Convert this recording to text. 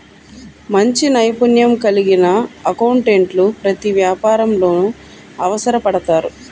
మంచి నైపుణ్యం కలిగిన అకౌంటెంట్లు ప్రతి వ్యాపారంలోనూ అవసరపడతారు